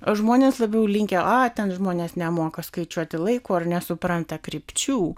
žmonės labiau linkę a ten žmonės nemoka skaičiuoti laiko ir nesupranta krypčių